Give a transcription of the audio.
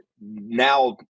now